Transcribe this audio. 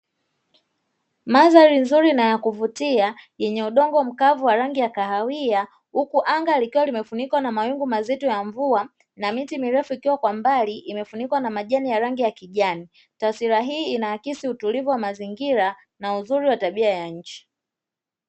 Mandhari nzuri na ya kuvutia yenye udongo mkavu wa rangi ya kahawia huku anga likiwa limefunikwa na mawingu mazito ya mvua na miti mirefu ikiwa mbali imefunikwa na majani ya rangi ya kijani. Taswira hii inaakisi utulivu wa mazingira na uzuri wa tabia ya nchi.